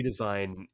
redesign